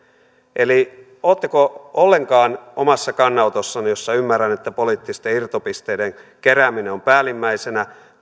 eli oletteko ollenkaan omassa kannanotossanne jossa ymmärrän että poliittisten irtopisteiden kerääminen on päällimmäisenä